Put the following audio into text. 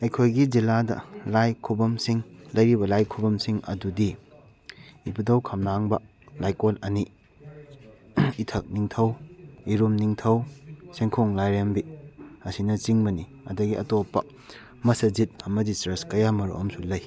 ꯑꯩꯈꯣꯏꯒꯤ ꯖꯤꯜꯂꯥꯗ ꯂꯥꯏ ꯈꯨꯕꯝꯁꯤꯡ ꯂꯩꯔꯤꯕ ꯂꯥꯏ ꯈꯨꯕꯝꯁꯤꯡ ꯑꯗꯨꯗꯤ ꯑꯗꯨꯗꯤ ꯏꯕꯨꯗꯧ ꯈꯝꯂꯥꯡꯕ ꯂꯥꯏꯀꯣꯟ ꯑꯅꯤ ꯏꯊꯛ ꯅꯤꯡꯊꯧ ꯏꯔꯨꯝ ꯅꯤꯡꯊꯧ ꯆꯦꯡꯈꯣꯡ ꯂꯥꯏꯔꯦꯝꯕꯤ ꯑꯁꯤꯅ ꯆꯤꯡꯕꯅꯤ ꯑꯗꯒꯤ ꯑꯇꯣꯞꯄ ꯃꯁꯖꯤꯠ ꯑꯃꯗꯤ ꯆꯔꯁ ꯀꯌꯥ ꯑꯃꯁꯨ ꯂꯩ